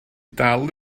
dal